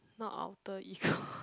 not Alter Ego